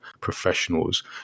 professionals